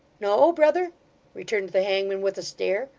no, brother returned the hangman with a stare.